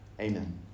Amen